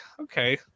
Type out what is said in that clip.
okay